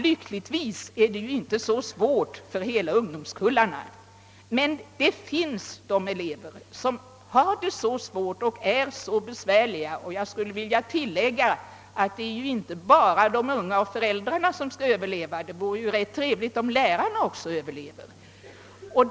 Lyckligtvis är det inte lika svårt för ungdomskullarna i deras helhet, men det finns elever som har det så svårt och som är så besvärliga. Jag skulle vilja tillägga att det inte bara är de unga och föräldrarna som skall överleva — det vore ju rätt trevligt om också lärarna gjorde det.